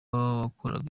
wakoraga